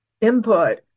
input